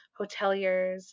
hoteliers